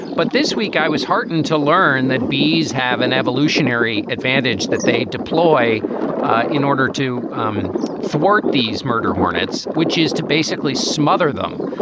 but this week, i was heartened to learn that bees have an evolutionary advantage that they deploy in order to um thwart these murder hornets, which is to basically smother them.